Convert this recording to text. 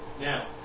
Now